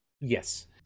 Yes